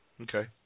Okay